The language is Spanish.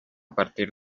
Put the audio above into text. partir